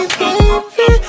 baby